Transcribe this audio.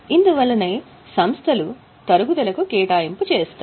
ఇందువల్లనే సంస్థలు తరుగుదలకు కేటాయింపు చేస్తాయి